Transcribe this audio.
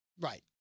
Right